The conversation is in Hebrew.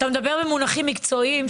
כי אתה מדבר במונחים מקצועיים.